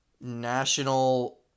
National